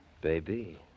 Baby